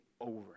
over